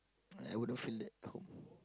I wouldn't feel that home